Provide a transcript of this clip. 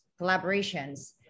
collaborations